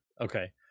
Okay